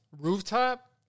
rooftop